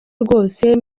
rwose